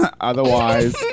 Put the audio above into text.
Otherwise